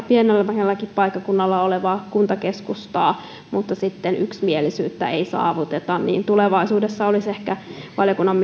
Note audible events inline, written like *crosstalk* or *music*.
*unintelligible* pienemmälläkin paikkakunnalla olevaa kuntakeskustaa mutta sitten yksimielisyyttä ei saavuteta tulevaisuudessa olisi valiokunnan *unintelligible*